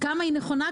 כמה היא נכונה,